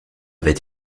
avait